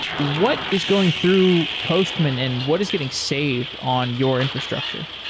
what is going through postman and what is getting saved on your infrastructure?